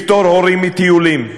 לפטור הורים מתשלום על טיולים,